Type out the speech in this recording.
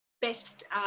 best